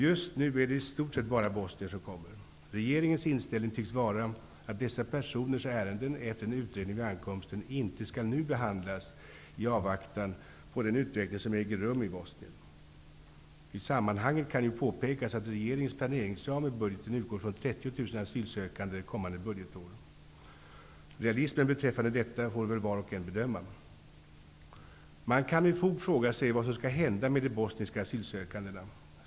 Just nu är det i stort sett bara bosnier som kommer. Regeringens inställning tycks vara att dessa personers ärenden, efter en utredning vid ankomsten, inte skall behandlas i avvaktan på den utveckling som äger rum i Bosnien. I sammanhanget kan påpekas att regeringens planeringsram i budgeten utgår från Realismen beträffande detta får väl var och en bedöma. Man kan med fog fråga sig vad som skall hända med de bosniska asylsökandena.